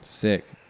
Sick